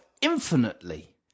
infinitely